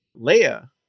Leia